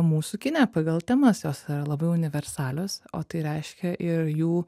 mūsų kine pagal temas jos yra labai universalios o tai reiškia ir jų